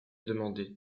demandait